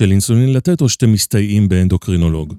של אינסולין לתת או שאתם מסתייעים באנדוקרינולוג?